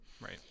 Right